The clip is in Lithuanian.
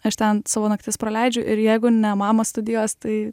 aš ten savo naktis praleidžiu ir jeigu ne mama studijos tai